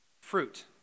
Fruit